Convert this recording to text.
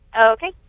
Okay